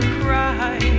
cry